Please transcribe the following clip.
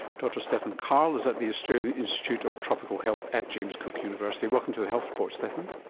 dr stephan karl is at the australian institute of tropical health at james cook university. welcome to the health report, stephan.